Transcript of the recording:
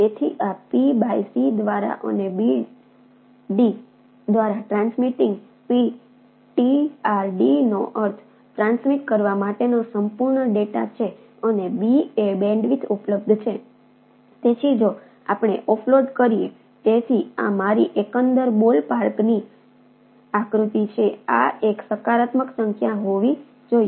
તેથી આ P by C દ્વારા અને B D દ્વારા ટ્રાન્સમિટિંગ આકૃતિ છે આ એક સકારાત્મક સંખ્યા હોવી જોઈએ